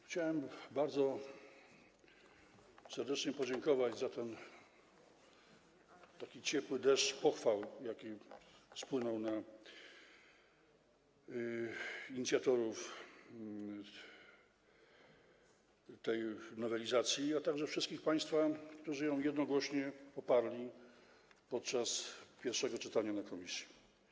Chciałem bardzo serdecznie podziękować za ten ciepły deszcz pochwał, jaki spłynął na inicjatorów tej nowelizacji, a także wszystkich państwa, którzy ją jednogłośnie poparli podczas pierwszego czytania w komisji.